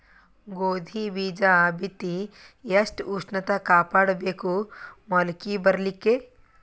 ಗೋಧಿ ಬೀಜ ಬಿತ್ತಿ ಎಷ್ಟ ಉಷ್ಣತ ಕಾಪಾಡ ಬೇಕು ಮೊಲಕಿ ಬರಲಿಕ್ಕೆ?